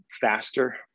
faster